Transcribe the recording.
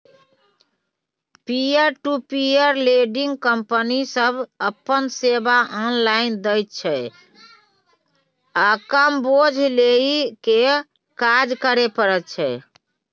peer to peer lending company सब अपन सेवा ऑनलाइन दैत छै आ कम बोझ लेइ के काज करे करैत छै